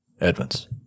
Edmonds